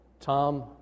Tom